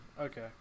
Okay